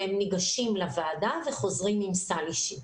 הם ניגשים לוועדה וחוזרים עם סל אישי.